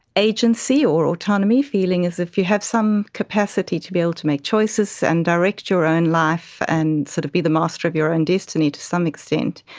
agency or autonomy, feeling as if you have some capacity to be able to make choices and direct your own life and sort of be the master of your own destiny to some extent.